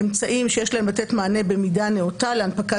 אמצעים שיש בהם לתת מענה במידה נאותה להנפקת